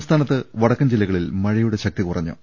സംസ്ഥാനത്ത് വടക്കൻ ജില്ലകളിൽ മഴയുടെ ശക്തി കുറഞ്ഞു